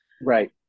Right